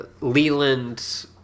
Leland